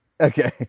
okay